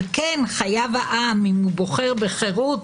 על כן חייב העם אם בוחר בחירות,